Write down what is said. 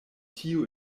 tiu